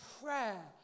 prayer